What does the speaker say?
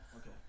okay